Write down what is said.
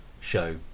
show